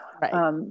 Right